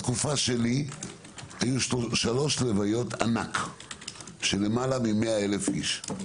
בתקופה שלי היו שלוש לוויות ענק עם יותר מ-100,000 אנשים.